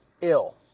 ill